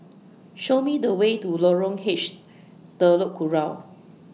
Show Me The Way to Lorong H Telok Kurau